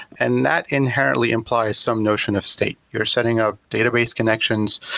and that inherently implies some notion of state. you're setting up database connections,